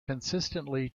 consistently